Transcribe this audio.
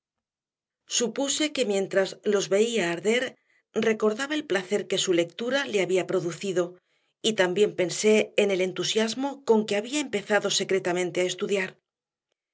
supuse que mientras los veía arder recordaba el placer que su lectura le había producido y también pensé en el entusiasmo con que había empezado secretamente a estudiar